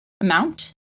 amount